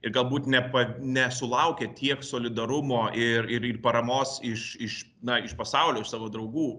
ir galbūt nepa nesulaukė tiek solidarumo ir ir ir paramos iš iš na iš pasaulio iš savo draugų